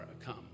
come